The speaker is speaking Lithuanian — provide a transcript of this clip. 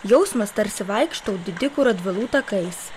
jausmas tarsi vaikštau didikų radvilų takais